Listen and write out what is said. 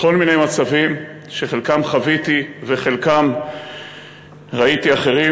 בכל מיני מצבים שחלקם חוויתי ובחלקם ראיתי אחרים.